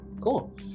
cool